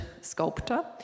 sculptor